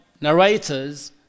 narrators